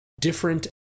different